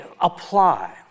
apply